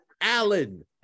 Allen